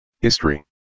History